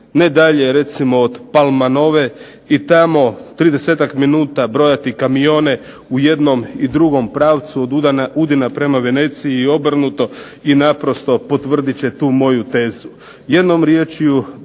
ne dalje od Palmanove i tamo 30 minuta brojati kamione u jednom pravcu od Udina prema Veneciji i obrnuto i naprosto potvrdit će tu moju tezu. Jednom riječju